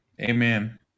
Amen